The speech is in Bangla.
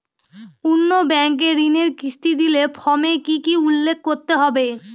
অন্য ব্যাঙ্কে ঋণের কিস্তি দিলে ফর্মে কি কী উল্লেখ করতে হবে?